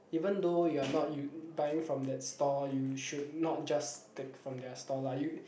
even though you are not you buying from that stall you should not just take from their stall lah you